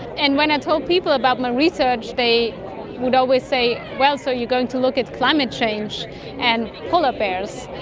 and when i told people about my research, they would always say, well, so you're going to look at climate change and polar bears.